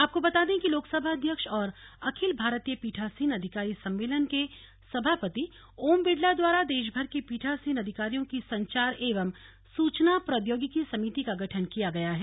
आपको बता दें कि लोकसभा अध्यक्ष और अखिल भारतीय पीठासीन अधिकारी सम्मेलन के सभापति ओम बिड़ला द्वारा देशभर के पीठासीन अधिकारियों की संचार एवं सूचना प्रौद्योगिकी समिति का गठन किया गया है